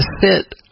sit